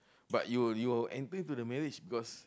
but you're you're entering into the marriage because